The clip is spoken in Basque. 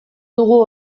dugu